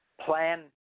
plan